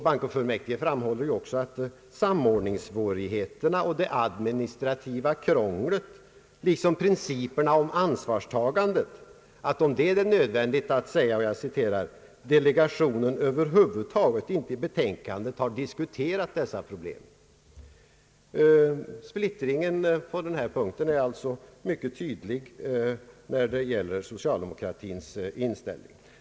Bankofullmäktige framhåller också att om samordningssvårigheterna och det administrativa krånglet liksom principerna för ansvarstagande är det nödvändigt att säga att » delegationen i sitt betänkande över huvud taget inte diskuterat dessa problem». Splittringen på denna punkt är således mycket tydlig när det gäller socialdemokratins inställning.